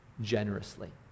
generously